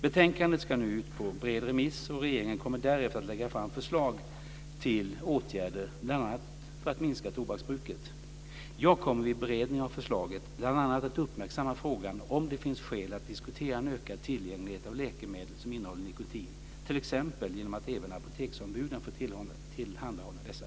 Betänkandet ska nu gå ut på en bred remiss, och regeringen kommer därefter att lägga fram förslag till åtgärder, bl.a. för att minska tobaksbruket. Jag kommer vid beredningen av förslagen bl.a. att uppmärksamma frågan om ifall det finns skäl att diskutera en ökad tillgänglighet av läkemedel som innehåller nikotin, t.ex. genom att även apoteksombuden får tillhandahålla dessa.